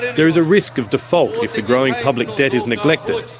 there is a risk of default if the growing public debt is neglected.